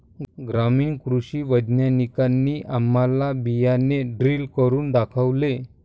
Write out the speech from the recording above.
ग्रामीण कृषी वैज्ञानिकांनी आम्हाला बियाणे ड्रिल करून दाखवले